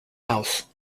house